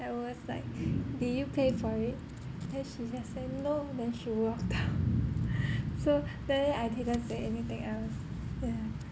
I was like did you pay for it then she just say no then she walked out so then I didn't say anything else yeah